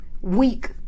weak